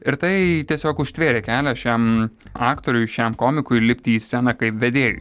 ir tai tiesiog užtvėrė kelią šiam aktoriui šiam komikui lipti į sceną kaip vedėjui